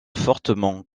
fortement